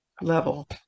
level